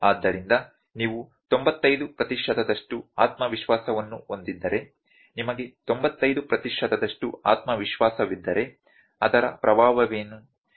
ಆದ್ದರಿಂದ ನೀವು 95 ಪ್ರತಿಶತದಷ್ಟು ಆತ್ಮವಿಶ್ವಾಸವನ್ನು ಹೊಂದಿದ್ದರೆ ನಿಮಗೆ 95 ಪ್ರತಿಶತದಷ್ಟು ಆತ್ಮವಿಶ್ವಾಸವಿದ್ದರೆ ಅದರ ಪ್ರಭಾವವೇನು